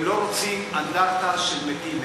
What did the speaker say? הם לא רוצים אנדרטה של מתים,